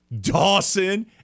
dawson